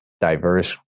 diverse